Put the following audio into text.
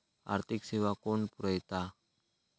आर्थिक सेवा कोण पुरयता?